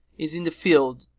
is in the field,